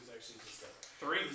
three